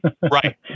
Right